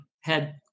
head